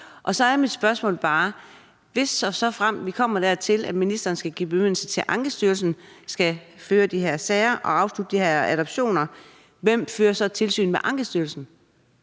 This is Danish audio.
og så er mit spørgsmål bare: Hvis og såfremt vi kommer dertil, at ministeren skal give bemyndigelse til, at Ankestyrelsen skal føre de her sager og afslutte de her adoptioner, hvem fører så tilsyn med Ankestyrelsen?